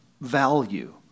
value